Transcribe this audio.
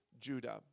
Judah